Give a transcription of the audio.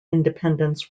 independence